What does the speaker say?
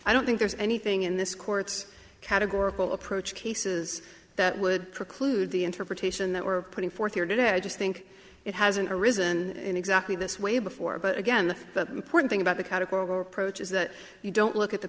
i don't think there's anything in this court's categorical approach cases that would preclude the interpretation that we're putting forth here today i just think it hasn't arisen in exactly this way before but again the important thing about the approach is that you don't look at the